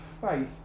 faith